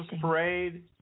parade